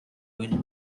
will